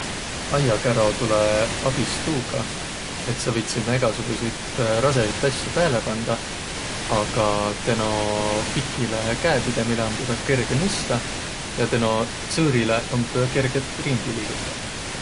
Aiakäro tulõ abis tuuga, et saq võit sinnäq egasugutsiid rasõhit asjo pääle pandaq, aga teno pikile käepidemiile om tedä kerge nõstaq ja teno tsõõrilõ om tedä kerge ringi liigutaq.